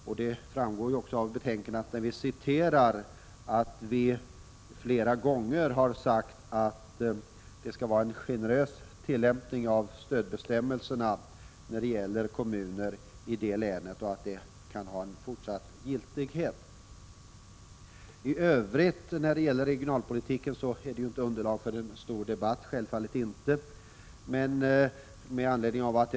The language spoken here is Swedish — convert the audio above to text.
När det citerats ur betänkandet har det framgått att vi ofta har understrukit att det skall vara en generös tillämpning av stödbestämmelserna när det gäller kommuner i Blekinge län, och att det skall vara så också i fortsättningen. När det gäller regionalpolitiken finns det i övrigt självfallet inget underlag för en större debatt.